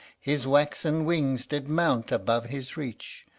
his waxen wings did mount above his reach,